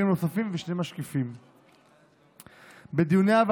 נזרוק אותם, איתמר פליישמן בערוץ 14. רצוני לשאול: